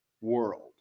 world